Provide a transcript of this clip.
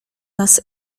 nas